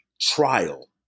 trial